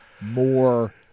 more